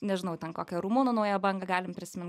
nežinau ten kokią rumunų naują bangą galim prisimint